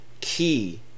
key